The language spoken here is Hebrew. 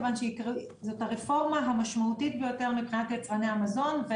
כיוון שזאת הרפורמה המשמעותית ביותר מבחינת יצרני המזון.